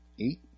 eight